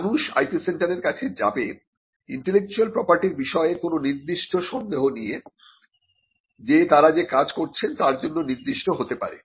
মানুষ IP সেন্টারের কাছে যাবে ইন্টেলেকচুয়াল প্রপার্টির বিষয়ে কোন নির্দিষ্ট সন্দেহ নিয়ে যা তারা যে কাজ করছেন তার জন্য নির্দিষ্ট হতে পারে